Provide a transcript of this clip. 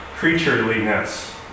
creatureliness